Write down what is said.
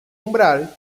umbral